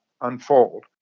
unfold